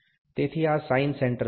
તેથી આ sine centre છે